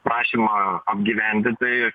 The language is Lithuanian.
prašymą apgyvendint tai